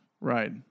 right